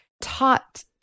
taught